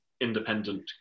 independent